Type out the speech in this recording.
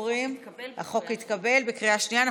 החוק התקבל בקריאה שנייה.